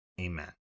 Amen